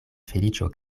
feliĉo